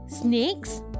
Snakes